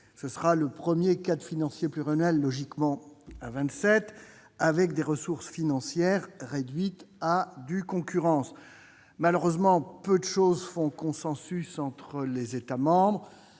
Ce sera le premier cadre financier pluriannuel à vingt-sept, avec des ressources financières réduites à due concurrence. Malheureusement, peu de sujets font consensus entre les États membres,